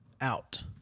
out